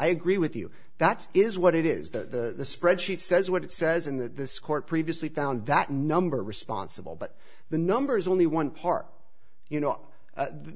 i agree with you that is what it is the spreadsheet says what it says in the court previously found that number responsible but the number is only one part you know